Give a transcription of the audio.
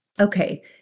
Okay